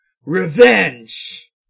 revenge